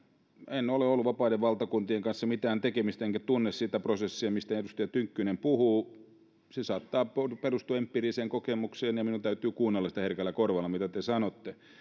en ole ollut vapaiden valtakuntien kanssa missään tekemisissä enkä tunne sitä prosessia mistä edustaja tynkkynen puhuu se saattaa perustua empiiriseen kokemukseen ja minun täytyy kuunnella herkällä korvalla mitä te sanotte